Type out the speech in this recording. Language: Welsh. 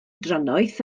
drannoeth